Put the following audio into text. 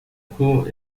juego